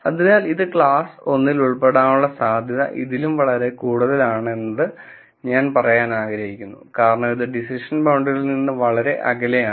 അതിനാൽ ഇത് ക്ലാസ് 1 ൽ ഉൾപ്പെടാനുള്ള സാധ്യത ഇതിലും വളരെ കൂടുതലാണെന്ന് പറയാൻ ഞാൻ ആഗ്രഹിക്കുന്നു കാരണം ഇത് ഡിസിഷൻ ബൌണ്ടറിയിൽ നിന്ന് വളരെ അകലെയാണ്